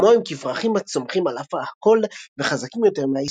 כמוהם כפרחים הצומחים על אף הכל וחזקים יותר מההיסטוריה.